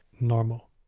normal